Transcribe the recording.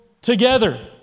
together